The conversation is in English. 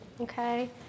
okay